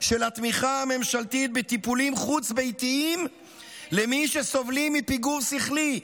של התמיכה הממשלתית בטיפולים חוץ-ביתיים למי שסובלים מפיגור שכלי,